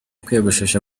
kwiyogoshesha